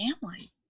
family